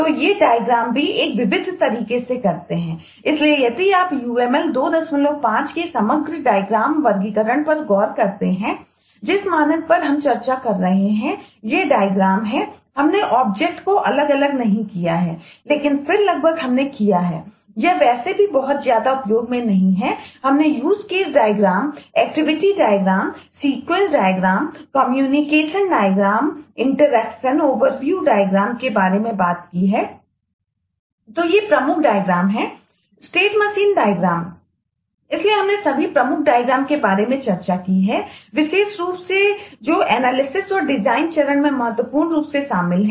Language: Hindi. तो ये डायग्रामके बारे में बात की है